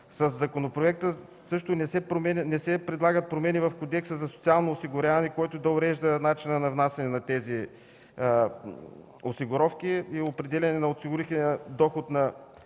В законопроекта също не се предлагат промени в Кодекса за социално осигуряване, който да урежда начина на внасяне на тези осигуровки и определяне на осигурителния доход на